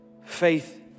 faith